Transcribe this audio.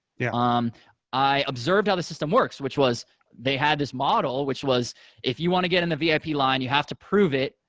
yeah um i observed how the system works, which was they had this model which was if you want to get in the vip line, you have to prove it,